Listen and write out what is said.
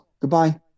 goodbye